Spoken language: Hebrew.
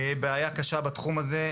בעיה קשה בתחום הזה.